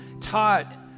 taught